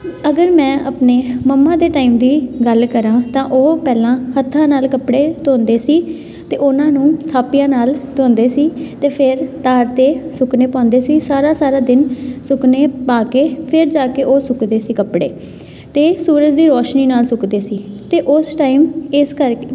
ਅਗਰ ਮੈਂ ਆਪਣੇ ਮੰਮਾ ਦੇ ਟਾਈਮ ਦੀ ਗੱਲ ਕਰਾਂ ਤਾਂ ਉਹ ਪਹਿਲਾਂ ਹੱਥਾਂ ਨਾਲ ਕੱਪੜੇ ਧੋਂਦੇ ਸੀ ਅਤੇ ਉਹਨਾਂ ਨੂੰ ਥਾਪੀਆਂ ਨਾਲ ਧੋਂਦੇ ਸੀ ਅਤੇ ਫਿਰ ਤਾਰ 'ਤੇ ਸੁੱਕਣੇੇ ਪਾਉਂਦੇ ਸੀ ਸਾਰਾ ਸਾਰਾ ਦਿਨ ਸੁੱਕਣੇ ਪਾ ਕੇ ਫਿਰ ਜਾ ਕੇ ਉਹ ਸੁੱਕਦੇ ਸੀ ਕੱਪੜੇ ਅਤੇ ਸੂਰਜ ਦੀ ਰੋਸ਼ਨੀ ਨਾਲ ਸੁੱਕਦੇ ਸੀ ਅਤੇ ਉਸ ਟਾਈਮ ਇਸ ਕਰਕੇ